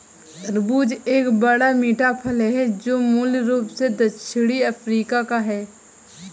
तरबूज एक बड़ा, मीठा फल है जो मूल रूप से दक्षिणी अफ्रीका का है